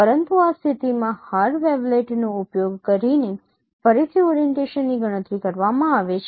પરંતુ આ સ્થિતિમાં હાર વેવલેટ્સનો ઉપયોગ કરીને ફરીથી ઓરીએન્ટેશનની ગણતરી કરવામાં આવે છે